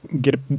get